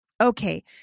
Okay